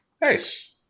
Nice